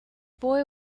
boy